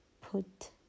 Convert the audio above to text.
put